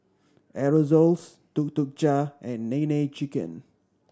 Aerosoles Tuk Tuk Cha and Nene Chicken